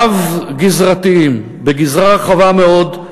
רב-גזרתיים, בגזרה רחבה מאוד.